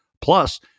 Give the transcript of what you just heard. plus